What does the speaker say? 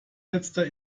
letzter